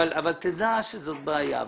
בסדר אבל תדע שזאת בעיה.